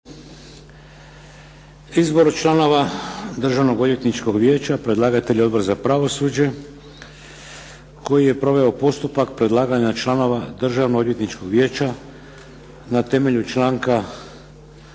Izbor članova Državnoodvjetničkog vijeća, predlagatelj: Odbor za pravosuđe Koji je proveo postupak predlaganja članova Državnoodvjetničkog vijeća na temelju članka